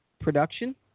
production